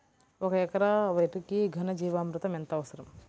ఒక ఎకరా వరికి ఘన జీవామృతం ఎంత అవసరం?